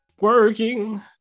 Working